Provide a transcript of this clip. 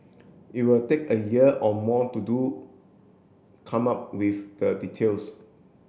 it will take a year or more to do come up with the details